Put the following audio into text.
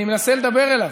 אני מנסה לדבר אליו.